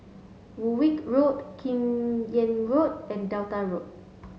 Woolwich Road Kim Yam Road and Delta Road